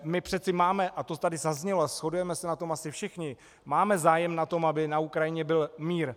My přece máme, a to tady zaznělo a shodujeme se na tom asi všichni, máme zájem na tom, aby na Ukrajině byl mír.